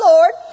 Lord